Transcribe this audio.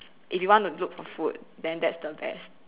if you want to look for food then that's the best